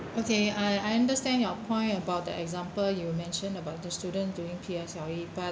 okay I I understand your point about the example you mention about the students during P_S_L_E but